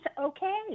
okay